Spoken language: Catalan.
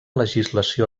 legislació